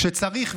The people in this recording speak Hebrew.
כשצריך,